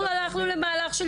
הלכנו למהלך של